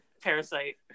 parasite